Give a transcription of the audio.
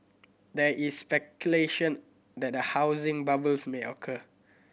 there is speculation that a housing bubbles may occur